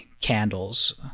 candles